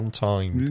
time